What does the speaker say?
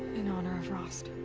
in honor of rost.